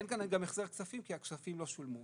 אין כאן גם החזר כספים כי הכספים לא שולמו.